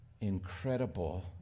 incredible